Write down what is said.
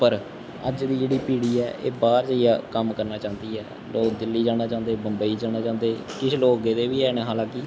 पर अज्ज दी जेह्ड़ी पीढ़ी ऐ एह् बाहर जाइयै कम्म करना चांह्दी ऐ लोग दिल्ली जाना चांह्दे बम्बई जाना चांह्दे किश लोग गेदे बी हैन हालांकि